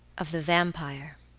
of the vampire.